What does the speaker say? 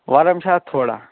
وَرَم چھُ اَتھ تھوڑا